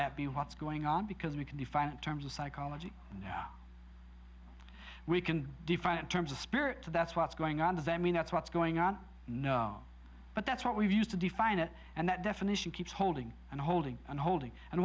that be what's going on because we can define in terms of psychology we can define in terms of spirit to that's what's going on does that mean that's what's going on no but that's what we've used to define it and that definition keeps holding and holding and holding and